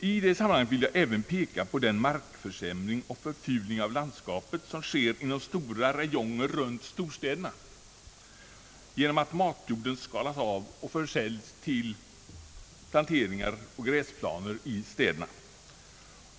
I det sammanhanget vill jag även peka på den markförsämring och förfulning av landskapet som sker inom stora räjonger runt storstäderna genom att matjorden skalas av och försäljes till planteringar och gräsplaner i städerna.